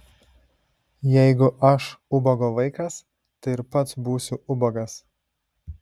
jeigu aš ubago vaikas tai ir pats būsiu ubagas